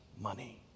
money